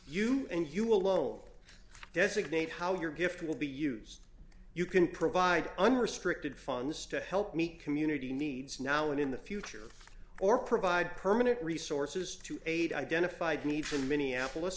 you and you alone designate how your gift will be used you can provide unrestricted funds to help meet community needs now and in the future or provide permanent resources to aid identified needs in minneapolis